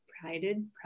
prided